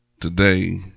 today